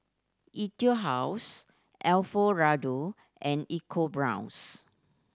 Etude House Alfio Raldo and ecoBrown's